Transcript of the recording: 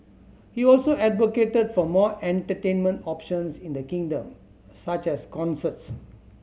he also advocated for more entertainment options in the kingdom such as concerts